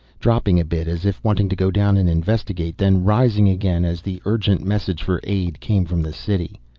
dropping a bit as if wanting to go down and investigate. then rising again as the urgent message for aid came from the city.